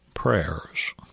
Prayers